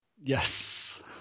yes